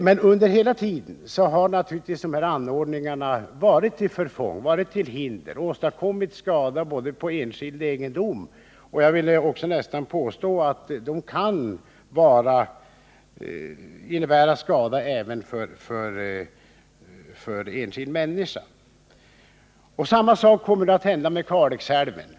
Men under hela tiden har dessa anordningar naturligtvis varit till förfång, utgjort hinder och åstadkommit eller kunnat innebära skada — jag vill nästan påstå både på enskild egendom och för enskild människa. Samma sak kommer nu att hända med Kalixälven.